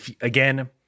Again